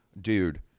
dude